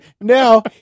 Now